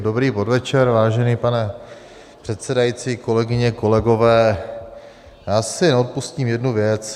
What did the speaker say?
Dobrý podvečer, vážený pane předsedající, kolegyně, kolegové, já si neodpustím jednu věc.